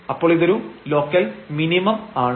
അപ്പോൾ ഇതൊരു local minimum ആണ്